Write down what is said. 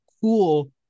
cool